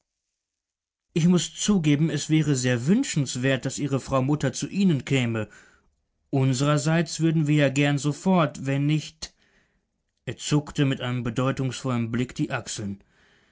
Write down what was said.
ich muß zugeben es wäre sehr wünschenswert daß ihre frau mutter zu ihnen käme unsrerseits würden wir ja gern sofort wenn nicht er zuckte mit einem bedeutungsvollen blick die achseln